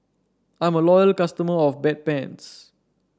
I'm a loyal customer of Bedpans